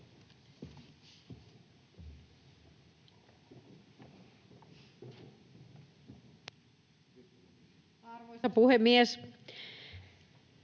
Arvoisa puhemies!